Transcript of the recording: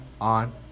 on